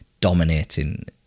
dominating